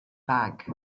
bag